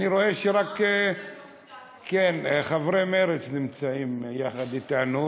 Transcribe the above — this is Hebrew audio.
אני רואה שרק חברי מרצ נמצאים אתנו,